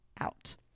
out